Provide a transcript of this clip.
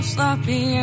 Sloppy